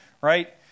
right